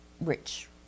rich